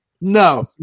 no